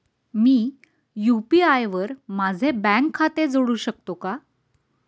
मी UPI वर माझे bank खाते जोडू शकतो का?